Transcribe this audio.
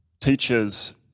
teachers